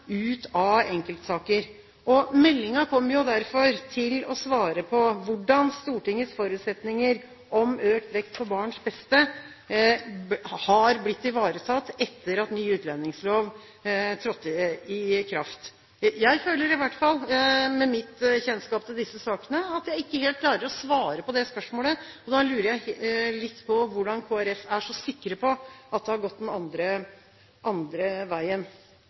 ut av enkeltsaker. Meldingen kommer derfor til å svare på hvordan Stortingets forutsetninger om økt vekt på barns beste har blitt ivaretatt etter at ny utlendingslov trådte i kraft. Jeg føler i hvert fall – med mitt kjennskap til disse sakene – at jeg ikke helt klarer å svare på det spørsmålet, og da lurer jeg litt på hvordan Kristelig Folkeparti kan være så sikre på at det har gått den andre veien.